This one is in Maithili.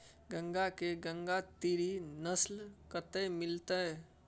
गाय के गंगातीरी नस्ल कतय मिलतै?